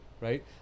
right